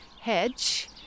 hedge